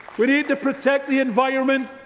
we need to protect the environment,